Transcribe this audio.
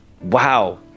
wow